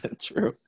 True